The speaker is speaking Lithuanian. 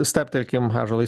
stabtelėkim ąžuolai